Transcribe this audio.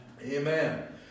Amen